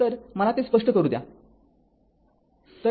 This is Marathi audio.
तर मला ते स्पष्ट करू द्या